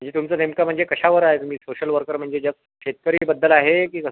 म्हणजे तुमचं नेमकं म्हणजे कशावर आहे तुम्ही सोशल वर्कर म्हणजे जस्ट शेतकरीबद्दल आहे की कसं